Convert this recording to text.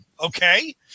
Okay